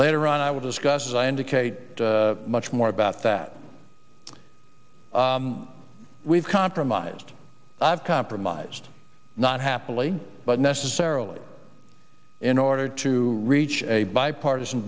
later on i will discuss as i indicate much more about that we've compromised i've compromised not happily but necessarily in order to reach a bipartisan